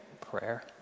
prayer